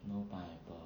no pineapple